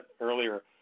earlier